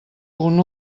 punt